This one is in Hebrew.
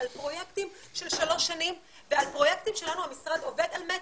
על פרויקטים של שלוש שנים ובפרויקטים שלנו המשרד עובד על מצ'ינג,